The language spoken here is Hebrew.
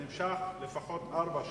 וזה נמשך לפחות ארבע שעות,